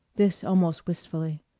this almost wistfully.